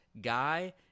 Guy